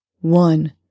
one